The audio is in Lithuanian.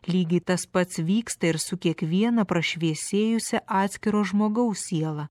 lygiai tas pats vyksta ir su kiekviena prašviesėjusia atskiro žmogaus siela